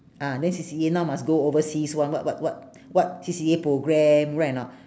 ah then C_C_A now must go overseas [one] what what what what C_C_A programme right or not